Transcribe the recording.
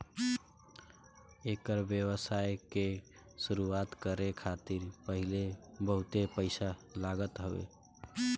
एकर व्यवसाय के शुरुआत करे खातिर पहिले बहुते पईसा लागत हवे